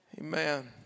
amen